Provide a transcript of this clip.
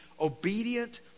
obedient